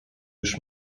już